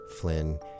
Flynn